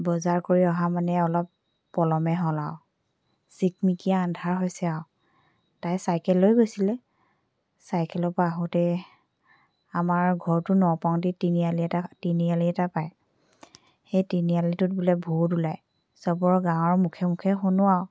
বজাৰ কৰি অহা মানে অলপ পলমেই হ'ল আৰু চিকমিকীয়া আন্ধাৰ হৈছে আৰু তাই চাইকেল লৈ গৈছিলে চাইকেলৰ পৰা আহোঁতে আমাৰ ঘৰটো নপাওঁতেই তিনি অলি এটা তিনি অলি এটা পায় সেই তিনি আলিটোত বোলে ভুত ওলায় সবৰ গাঁৱৰ মুখে মুখে শুনো আৰু